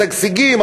משגשגים,